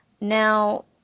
Now